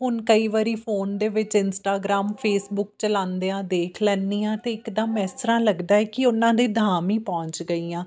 ਹੁਣ ਕਈ ਵਾਰੀ ਫੋਨ ਦੇ ਵਿੱਚ ਇੰਸਟਾਗ੍ਰਾਮ ਫੇਸਬੁੱਕ ਚਲਾਉਂਦੇ ਹਾਂ ਦੇਖ ਲੈਂਦੀ ਹਾਂ ਅਤੇ ਇੱਕਦਮ ਇਸ ਤਰ੍ਹਾਂ ਲੱਗਦਾ ਕਿ ਉਹਨਾਂ ਦੇ ਧਾਮ ਹੀ ਪਹੁੰਚ ਗਈ ਹਾਂ